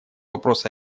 вопрос